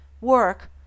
Work